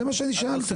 זה מה שאני שאלתי.